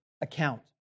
account